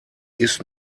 ist